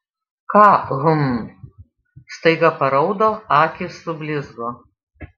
ką hm staiga paraudo akys sublizgo